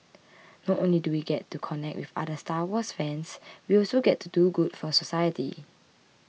not only do we get to connect with other Star Wars fans we also get to do good for society